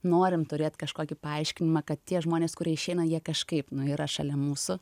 norim turėt kažkokį paaiškinimą kad tie žmonės kurie išeina jie kažkaip na yra šalia mūsų